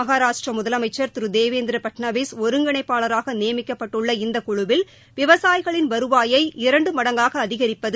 மகாராஷ்டிரா முதலமைச்சர் திரு தேவேந்திர பட்னவிஸ் ஒருங்கிணைப்பாளராக நியமிக்கப்பட்டுள்ள இந்த குழுவில் விவசாயிகளின் வருவாயை இரண்டு மடங்காக அதிகரிப்பது